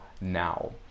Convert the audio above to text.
now